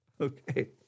Okay